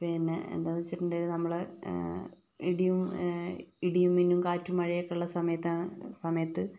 പിന്നെ എന്താന്നുവച്ചിട്ടുണ്ടെങ്കി നമ്മള് ഇടിയും ഇടിയും മിന്നും കാറ്റും മഴയും ഒക്കെ ഉള്ള സമയത്താണ് സമയത്ത്